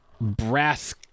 brass